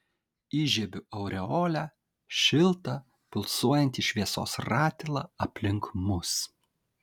įžiebiu aureolę šiltą pulsuojantį šviesos ratilą aplink mus